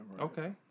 Okay